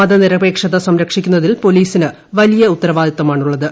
മതനിരപേക്ഷത സംരക്ഷിക്കുന്നതിൽ പോലീസിന് വലിയ ഉത്തരവാദിത്തമാണുള്ളത്